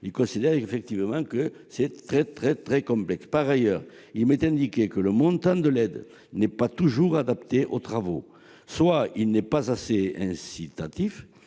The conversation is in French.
ils considèrent que les démarches à accomplir sont très complexes. Par ailleurs, il m'est indiqué que le montant de l'aide n'est pas toujours adapté aux travaux. Soit il n'est pas assez incitatif,